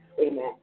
amen